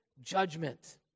judgment